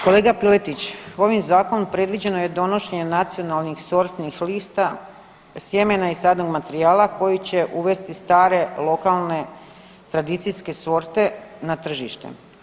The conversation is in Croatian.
Kolega Piletić, ovim zakonom predviđeno je donošenje nacionalnih sortnih lista i sadnog materijala koji će uvesti stare, lokalne, tradicijske sorte na tržište.